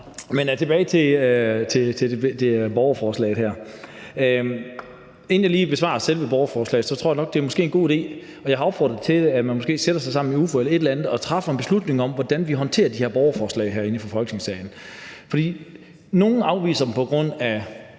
Men tilbage til borgerforslaget her: Inden jeg lige besvarer selve borgerforslaget, tror jeg nok, det er en god idé – og jeg har opfordret til det – at man måske sætter sig sammen i UFO eller et eller andet og træffer en beslutning om, hvordan vi håndterer de her borgerforslag herinde i Folketingssalen. For nogle afviser dem på grund af